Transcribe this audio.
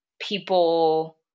people